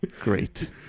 Great